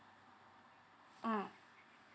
mm